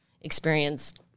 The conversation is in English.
experienced